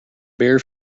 bare